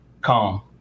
Calm